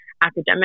academic